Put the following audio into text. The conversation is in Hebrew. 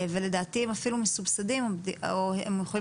ולדעתי הם אפילו מסובסדים או שהם יכולים